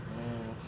oh